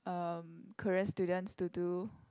um Korean students to do